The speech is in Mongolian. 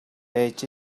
байж